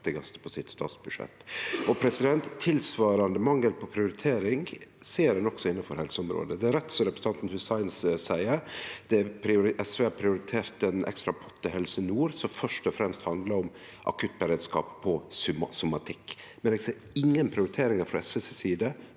på sitt statsbudsjett. Ein tilsvarande mangel på prioritering ser ein også innanfor helseområdet. Det er rett som representanten Hussein seier, at SV har prioritert ein ekstra pott til Helse nord, som fyrst og fremst handlar om akuttberedskap innan somatikk, men eg ser ingen prioriteringar frå SVs